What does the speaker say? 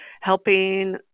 helping